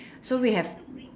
so we have